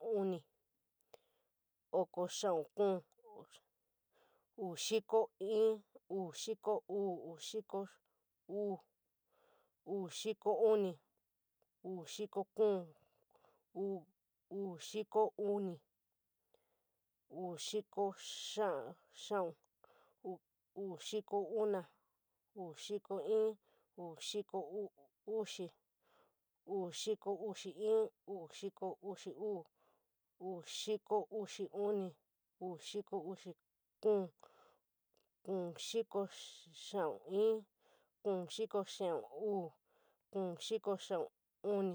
uni xiko uni, oko xiau kou, uni xiko uu, uni xiko kou, uni xiko uni, uni xiko kuu, uni xiko fii, uni, uu xiko kou, kuon xiko xiau, kou xiko xiau uu.